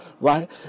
right